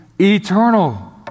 eternal